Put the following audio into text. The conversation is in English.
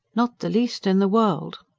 not the least in the world.